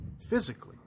physically